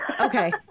okay